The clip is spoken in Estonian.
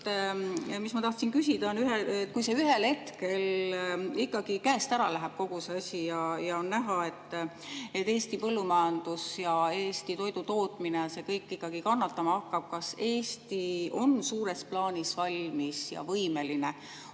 Mis ma tahtsin küsida? Kui see ühel hetkel ikkagi käest ära läheb, kogu see asi, ja on näha, et Eesti põllumajandus ja Eesti toidutootmine, see kõik ikkagi kannatama hakkab, kas Eesti on suures plaanis valmis ja võimeline